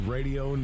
Radio